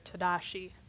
Tadashi